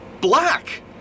black